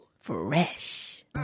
fresh